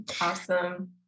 Awesome